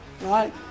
right